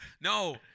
No